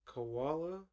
Koala